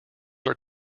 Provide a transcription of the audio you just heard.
are